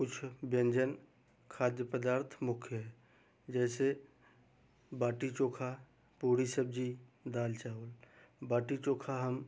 कुछ व्यंजन खाद्य पदार्थ मुख्य हैं जैसे बाटी चोखा पूरी सब्जी दाल चावल बाटी चोखा हम